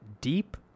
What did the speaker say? Deep